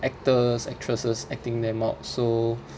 actors actresses acting them out so